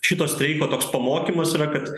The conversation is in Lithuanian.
šito streiko toks pamokymas yra kad